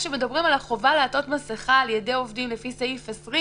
כשמדברים על החובה לעטות מסיכה על-ידי עובדים לפי סעיף 20,